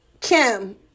Kim